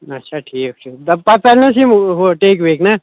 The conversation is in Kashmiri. اچھا ٹھیٖک چھُ دَپ پَتہٕ ژَلنَس یِم ہُہ ٹیٚکۍ ویٚکۍ نا